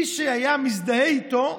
מי שהיה מזדהה איתו,